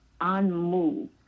unmoved